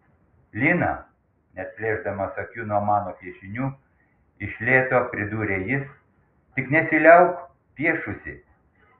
lina neatplėšdamas akių nuo mano piešinių iš lėto pridūrė jis tik nesiliauk piešusi